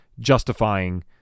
Justifying